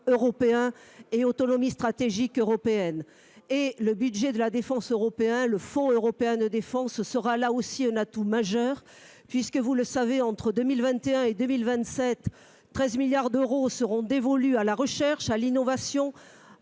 le plan de l'autonomie stratégique européenne. Le budget de la défense européen, le Fonds européen de la défense, sera là aussi un atout majeur. Entre 2021 et 2027, 13 milliards d'euros seront ainsi dévolus à la recherche, à l'innovation,